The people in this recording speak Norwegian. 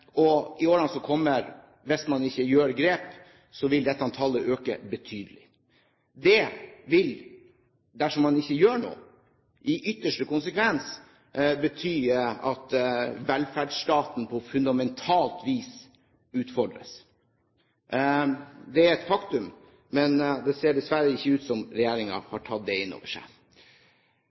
I årene som kommer – hvis man ikke gjør grep – vil dette tallet øke betydelig. Det vil, dersom man ikke gjør noe, i ytterste konsekvens bety at velferdsstaten på fundamentalt vis utfordres. Det er et faktum, men det ser dessverre ikke ut som om regjeringen har tatt det inn over seg.